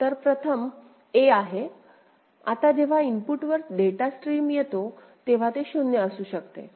तर प्रथम a आहे आता जेव्हा इनपुटवर डेटा स्ट्रीम येतो तेव्हा ते 0 असू शकते